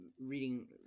reading